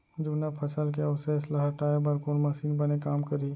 जुन्ना फसल के अवशेष ला हटाए बर कोन मशीन बने काम करही?